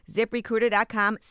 ZipRecruiter.com